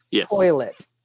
toilet